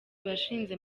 washinze